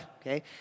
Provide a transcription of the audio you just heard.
okay